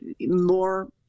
more